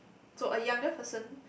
so a younger person